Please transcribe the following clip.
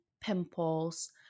pimples